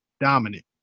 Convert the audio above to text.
dominant